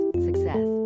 success